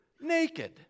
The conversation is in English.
naked